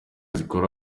zikora